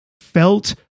felt